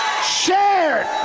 shared